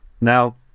Now